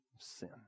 sin